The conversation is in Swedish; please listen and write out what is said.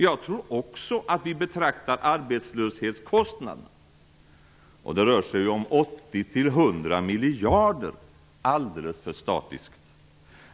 Jag tror också att vi betraktar arbetslöshetskostnaderna - det rör sig ju om 80-100 miljarder - alldeles för statiskt.